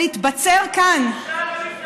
ולהתבצר כאן, את בושה למפלגה שלך.